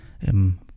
im